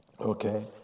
Okay